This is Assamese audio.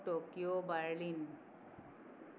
Tokyo Berlin